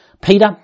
Peter